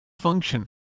function